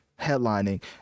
headlining